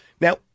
Now